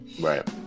Right